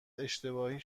اشتباهی